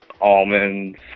almonds